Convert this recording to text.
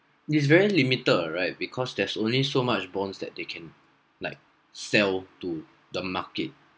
its very limited right because there's only so much bonds that they can like sell to the market